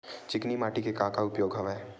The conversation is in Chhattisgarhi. चिकनी माटी के का का उपयोग हवय?